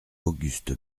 auguste